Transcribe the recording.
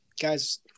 guys